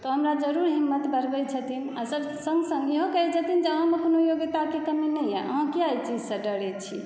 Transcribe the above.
तऽ हमरा जरूर हिम्मत करबै छथिन आ सङ्ग सङ्ग इहो कहै छथिन अहाँमे कोनो योग्यताके कमी नहि यऽ अहॉँ किआ ई चीजसँ डरै छी